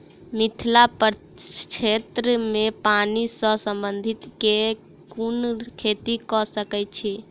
मिथिला प्रक्षेत्र मे पानि सऽ संबंधित केँ कुन खेती कऽ सकै छी?